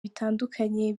bitandukanye